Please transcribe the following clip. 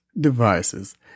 devices